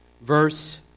verse